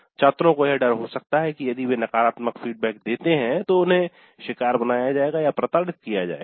छात्रों को यह डर हो सकता है कि यदि वे नकारात्मक फीडबैक देते हैं तो उन्हें शिकार बनाया जाएगा या प्रताड़ित किया जायेगा